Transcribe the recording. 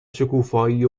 شکوفایی